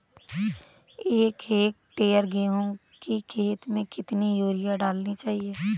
एक हेक्टेयर गेहूँ की खेत में कितनी यूरिया डालनी चाहिए?